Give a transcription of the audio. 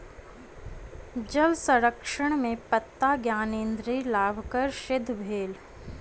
जल संरक्षण में पत्ता ज्ञानेंद्री लाभकर सिद्ध भेल